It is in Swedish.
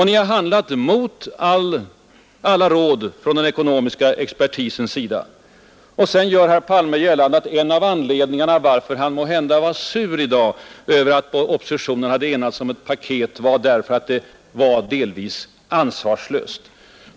Ni har handlat mot alla råd från den ekonomiska expertisens sida, och sedan gör herr Palme gällande att en av anledningarna till att han var ”sur” i dag över att oppositionen enats om ett paket var att det var ”ansvarslöst”.